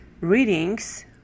readings